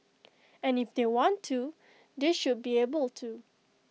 and if they want to they should be able to